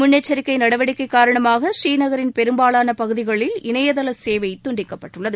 முன்னெச்சரிக்கை நடவடிக்கை காரணமாக ப்ரீநகரின் பெரும்பாலான பகுதிகளில் இணையதள சேவை துண்டிக்கப்பட்டுள்ளது